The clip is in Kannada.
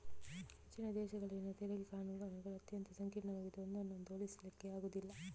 ಹೆಚ್ಚಿನ ದೇಶಗಳಲ್ಲಿನ ತೆರಿಗೆ ಕಾನೂನುಗಳು ಅತ್ಯಂತ ಸಂಕೀರ್ಣವಾಗಿದ್ದು ಒಂದನ್ನೊಂದು ಹೋಲಿಸ್ಲಿಕ್ಕೆ ಆಗುದಿಲ್ಲ